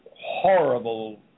horrible